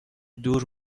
دور